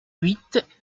huit